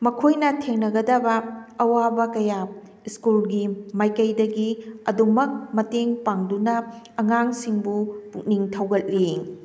ꯃꯈꯣꯏꯅ ꯊꯦꯡꯅꯒꯗꯕ ꯑꯋꯥꯕ ꯀꯌꯥ ꯁ꯭ꯀꯨꯜꯒꯤ ꯃꯥꯏꯀꯩꯗꯒꯤ ꯑꯗꯨꯝꯃꯛ ꯃꯇꯦꯡ ꯄꯥꯡꯗꯨꯅ ꯑꯉꯥꯡꯁꯤꯡꯕꯨ ꯄꯨꯛꯅꯤꯡ ꯊꯧꯒꯠꯂꯤ